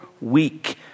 weak